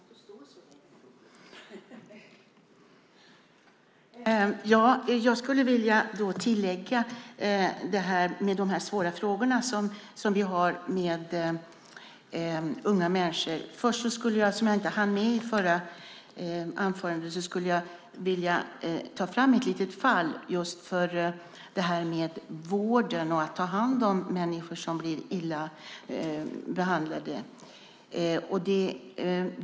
Fru talman! Jag skulle vilja tillägga något när det gäller de svåra frågorna, som vi har med unga människor. Först skulle jag, som jag inte hann med i det förra anförandet, vilja ta upp ett litet fall just när det gäller det här med vården och att ta hand om människor som blir illa behandlade.